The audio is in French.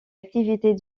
activités